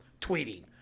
tweeting